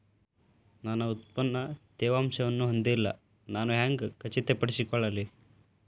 ನನ್ನ ಉತ್ಪನ್ನ ತೇವಾಂಶವನ್ನು ಹೊಂದಿಲ್ಲಾ ನಾನು ಹೆಂಗ್ ಖಚಿತಪಡಿಸಿಕೊಳ್ಳಲಿ?